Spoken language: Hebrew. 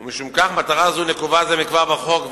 ומשום כך מטרה זו נקובה זה כבר בחוק,